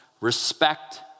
respect